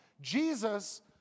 Jesus